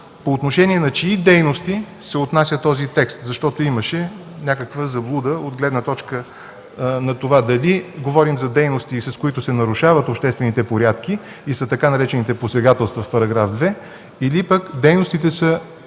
по отношение на чии дейности се отнася този текст, защото имаше някаква заблуда от гледна точка на това дали говорим за дейности, с които се нарушават обществените порядки и са така наречените „посегателства” в § 2, или пък дейностите са